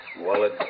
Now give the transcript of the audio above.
wallet